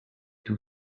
two